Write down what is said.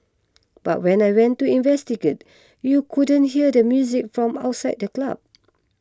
but when I went to investigate you couldn't hear the music from outside the club